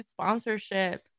sponsorships